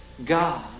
God